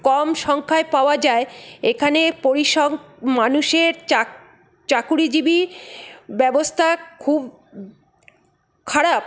কম সংখ্যায় পাওয়া যায় এখানে পরিসং মানুষের চা চাকুরিজীবী ব্যবস্থা খুব খারাপ